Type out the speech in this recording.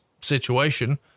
situation